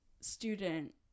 student